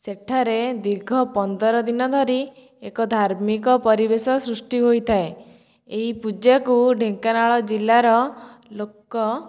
ସେଠାରେ ଦୀର୍ଘ ପନ୍ଦର ଦିନ ଧରି ଏକ ଧାର୍ମିକ ପରିବେଶ ସୃଷ୍ଟି ହୋଇଥାଏ ଏହି ପୂଜାକୁ ଢେଙ୍କାନାଳ ଜିଲ୍ଲାର ଲୋକ